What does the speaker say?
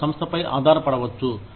వారు సంస్థపై ఆధారపడవచ్చు